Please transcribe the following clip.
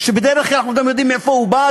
שבדרך כלל אנחנו גם יודעים מאין הוא בא,